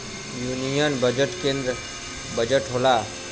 union budget केन्द्र के budget होला